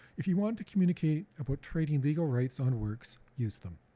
if you want to communicate about trading legal rights on works, use them.